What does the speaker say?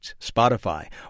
Spotify